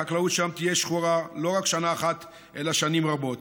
החקלאות שם תהיה שחורה לא רק שנה אחת אלא שנים רבות.